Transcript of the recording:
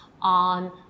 on